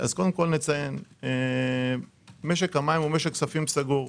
קודם כול נציין, שמשק המים הוא משק כספים סגור.